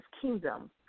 kingdom